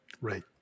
right